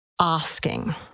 asking